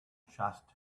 just